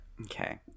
Okay